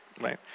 right